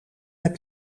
heb